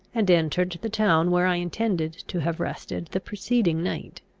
and entered the town where i intended to have rested the preceding night.